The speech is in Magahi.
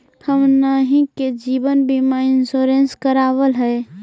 हमनहि के जिवन बिमा इंश्योरेंस करावल है?